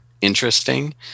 interesting